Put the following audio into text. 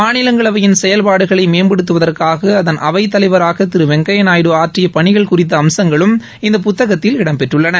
மாநிலங்களவையின் செயல்பாடுகளை மேம்படுத்துவதற்காக அதன் அவைத் தலைவராக திரு வெங்கையா நாயுடு ஆற்றிய பணிகள் குறித்த அம்சங்களும் இந்த புத்தகத்தில் இடம்பெற்றுள்ளன